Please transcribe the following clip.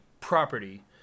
property